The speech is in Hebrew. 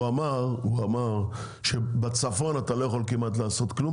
הוא אמר שבצפון אתה לא יכול כמעט לעשות כלום